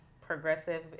progressive